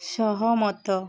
ସହମତ